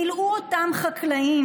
מילאו אותו אותם חקלאים,